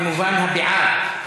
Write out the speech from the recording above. במובן בעד.